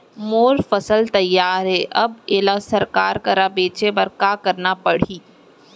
मोर फसल तैयार हे अब येला सरकार करा बेचे बर का करना पड़ही?